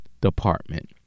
department